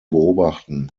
beobachten